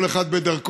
כל אחד בדרכו,